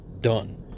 done